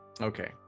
Okay